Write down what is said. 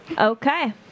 Okay